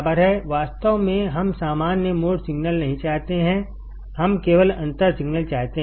वास्तव में हम सामान्य मोड सिग्नल नहीं चाहते हैं हम केवल अंतर सिग्नल चाहते हैं